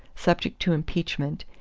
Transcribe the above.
subject to impeachment,